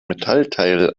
metallteil